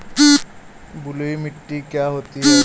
बलुइ मिट्टी क्या होती हैं?